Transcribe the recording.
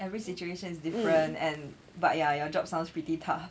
every situation is different and but ya your job sounds pretty tough